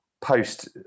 post